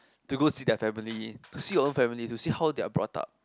to go see their family to see your own family to see how they are brought up